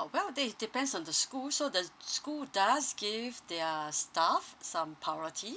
orh well that is depends on the school so the school does give their staff some priority